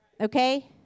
Okay